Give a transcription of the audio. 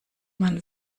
man